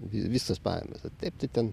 visos pajamos o taip tai ten